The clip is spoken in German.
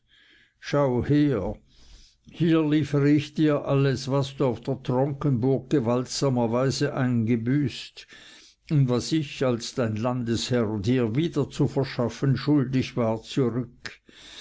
schau her hier liefere ich dir alles was du auf der tronkenburg gewaltsamer weise eingebüßt und was ich als dein landesherr dir wieder zu verschaffen schuldig war zurück